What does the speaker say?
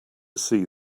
see